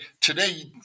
Today